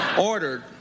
ordered